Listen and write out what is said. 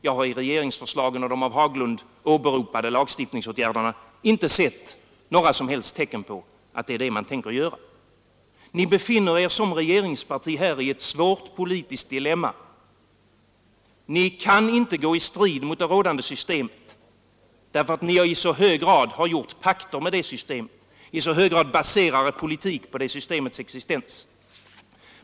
Jag har i regeringsförslagen och i de av herr Haglund åberopade lagstiftningsåtgärderna inte sett några tecken på att det är det man tänker göra Ni befinner er som regeringsparti här i ett svårt politiskt dilemma. Ni kan inte gå i strid mot det rådande systemet därför att ni i så hög grad har ingått pakter med det systemet i så hög grad baserat er politik på det systemets existens.